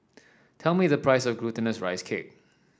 tell me the price of Glutinous Rice Cake